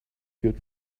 good